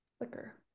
liquor